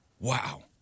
Wow